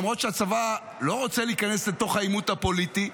למרות שהצבא לא רוצה להיכנס לתוך העימות הפוליטי,